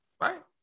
Right